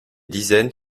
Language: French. dizaines